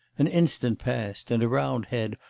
an instant passed. and a round head,